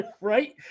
right